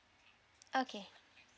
okay